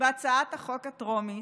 בהצעת החוק הטרומית,